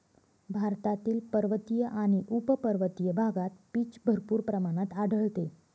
भारतातील पर्वतीय आणि उपपर्वतीय भागात पीच भरपूर प्रमाणात आढळते